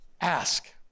Ask